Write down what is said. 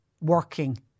working